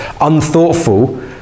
unthoughtful